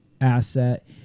asset